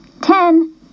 Ten